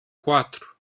quatro